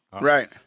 right